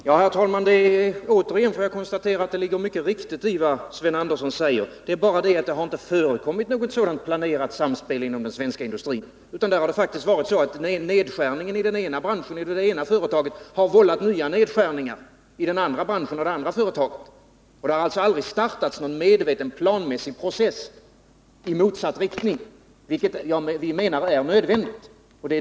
Herr talman! Återigen får jag konstatera att det ligger mycket i vad Sven Andersson i Örebro säger. Det är bara det att något sådant planerat samspel inom den svenska industrin inte har förekommit. Det har i stället varit så att nedskärningar i ett företag eller i en bransch har medfört nedskärningar i andra företag och andra branscher. Man har alltså aldrig satt i gång någon medveten planeringsprocess för att få en utveckling i motsatt riktning, något som vi anser vara nödvändigt.